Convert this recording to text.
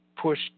push